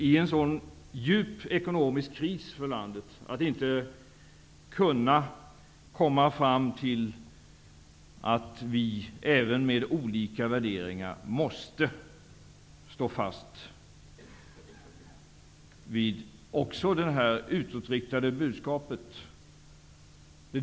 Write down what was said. I en för landet så djup ekonomisk kris måste vi även om vi har olika värderingar stå fast vid detta utåtriktade budskap.